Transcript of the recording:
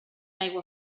aigua